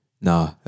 nah